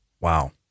Wow